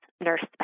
nurse